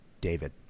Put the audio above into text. David